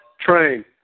Train